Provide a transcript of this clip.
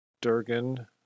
Durgan